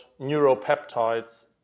neuropeptides